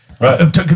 right